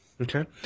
Okay